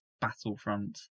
Battlefront